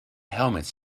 helmets